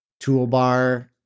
toolbar